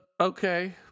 Okay